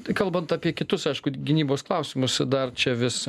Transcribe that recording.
tai kalbant apie kitus aišku gynybos klausimus dar čia vis